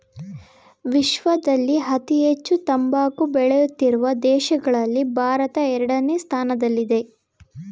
ವಿಶ್ವದಲ್ಲಿ ಅತಿ ಹೆಚ್ಚು ತಂಬಾಕು ಬೆಳೆಯುತ್ತಿರುವ ದೇಶಗಳಲ್ಲಿ ಭಾರತ ಎರಡನೇ ಸ್ಥಾನದಲ್ಲಿದೆ